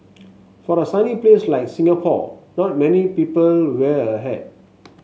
for the sunny place like Singapore not many people wear a hat